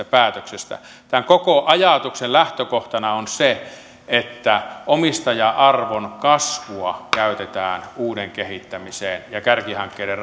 päätöksestä tämän koko ajatuksen lähtökohtana on se että omistaja arvon kasvua käytetään uuden kehittämiseen ja kärkihankkeiden